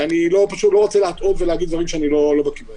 אני לא רוצה להטעות ולהגיד דברים שאני לא יודע.